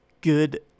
good